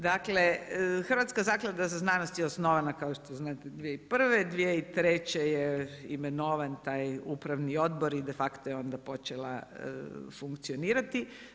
Dakle, Hrvatska zaklada za znanost je osnovana kao što znate 2001., 2003. je imenovan taj upravni odbor i de facto je onda počela funkcionirati.